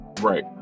right